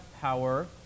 power